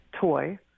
toy